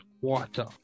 water